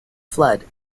flood